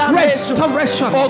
restoration